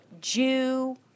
Jew